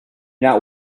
not